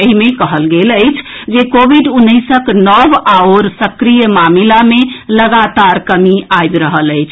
एहि मे कहल गेल अछि जे कोविड उन्नैसक नव आओर सक्रिय मामिला मे लगातार कमी आबि रहल अछि